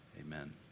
Amen